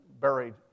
buried